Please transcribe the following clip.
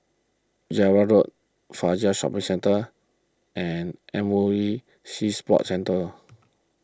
Java Road Fajar Shopping Centre and M O E Sea Sports Centre